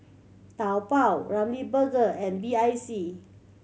Taobao Ramly Burger and B I C